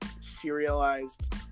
serialized